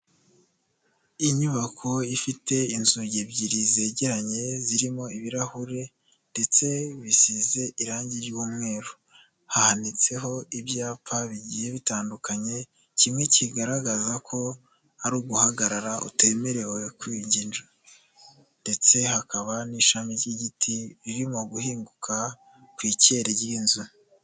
Inyubako ifite inzugi ebyiri zegeranye zirimo ibirahuri ndetse bisize irangi ry'umweru hahanitseho ibyapa bigiye bitandukanye kimwe kigaragaza ko ari uguhagarara utemerewe kwinjira ndetse hakaba n'ishami ry'igiti ririmo guhinguka kw'ikere ry'inzu.